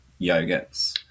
yogurts